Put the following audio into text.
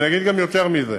ואני אגיד גם יותר מזה,